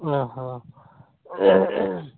ᱚ ᱦᱚᱸ